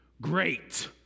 Great